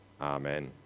Amen